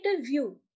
view